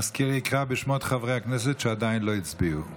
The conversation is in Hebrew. בשמות חברי הכנסת שעדיין לא הצביעו.